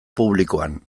publikoan